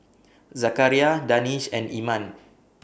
Zakaria Danish and Iman